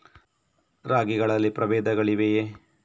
ರಾಗಿಗಳಲ್ಲಿ ಪ್ರಬೇಧಗಳಿವೆಯೇ?